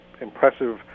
impressive